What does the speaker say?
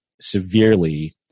severely